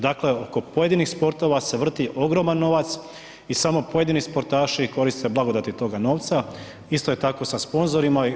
Dakle oko pojedinih sportova se vrti ogroman novac i samo pojedini sportaši koriste blagodati toga novaca, isto je tako i sa sponzorima.